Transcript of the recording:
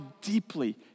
deeply